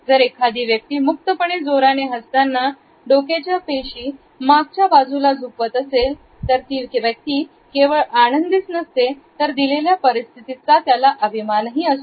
जर एखादी व्यक्ती मुक्तपणे जोराने हसताना डोक्याच्या पेशी मागच्या बाजूला झुकवत असेल तर ती व्यक्ती केवळ आनंदीच नसते तर दिलेल्या परिस्थितीचा त्याला अभिमानही असतो